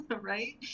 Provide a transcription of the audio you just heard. Right